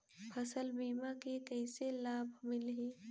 फसल बीमा के कइसे लाभ मिलही?